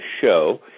show